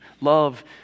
Love